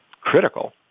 critical